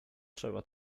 trzeba